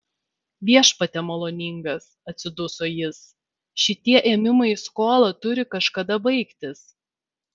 viešpatie maloningas atsiduso jis šitie ėmimai į skolą turi kažkada baigtis